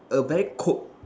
a very cold